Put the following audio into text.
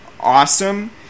Awesome